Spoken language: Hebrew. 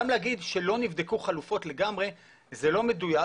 גם להגיד שלא נבדקו חלופות לגמרי זה לא מדויק,